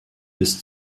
bis